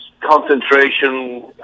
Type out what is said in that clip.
concentration